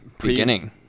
beginning